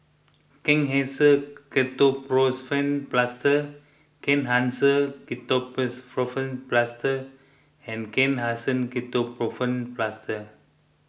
Kenhancer Ketoprofen Plaster Kenhancer Ketoprofen Plaster and Kenhancer Ketoprofen Plaster